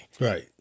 Right